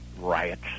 riots